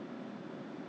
mm